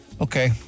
Okay